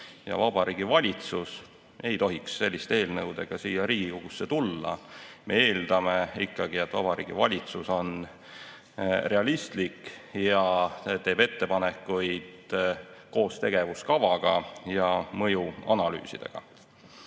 Vabariigi Valitsus ei tohiks selliste eelnõudega Riigikogusse tulla. Me eeldame, et Vabariigi Valitsus on realistlik ja teeb ettepanekuid koos tegevuskavaga ja mõjuanalüüsidega.